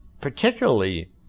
particularly